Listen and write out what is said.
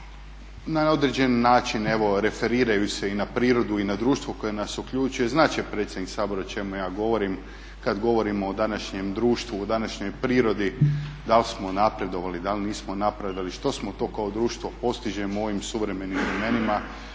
na određeni način evo referiraju se i na prirodu i na društvo koje nas okružuje, znat će predsjednik Sabora o čemu ja govorim kada govorimo o današnjem društvu, o današnjoj prirodi dal smo napredovali, dali nismo napredovali, što smo to kao društvo postižemo u ovim suvremenim vremenima